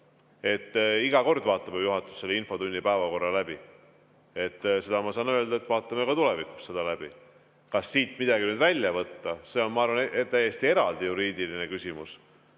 Iga kord vaatab ju juhatus selle infotunni päevakorra läbi. Seda ma saan öelda, et vaatame ka tulevikus seda läbi. Kas siit midagi välja võtta, see on, ma arvan, täiesti eraldi juriidiline küsimus.